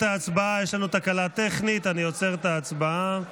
לנו תקלה טכנית, אני עוצר את ההצבעה.